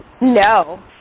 no